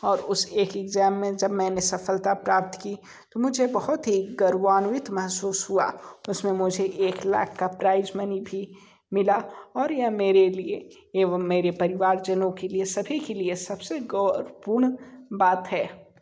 और उस एक ऐगज़ाम में जब मैंने सफलता प्राप्त की तो मुझे बहुत ही गर्वान्वित महसूस हुआ उस में मुझे एक लाख का प्राइज़ मनी भी मिला और यह मेरे लिए एवं मेरे परिवारजनों के लिए सभी के लिए सब से गौरपूर्ण बात है